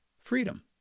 freedom